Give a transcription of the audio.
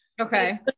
Okay